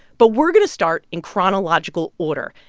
but we're going to start in chronological order,